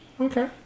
Okay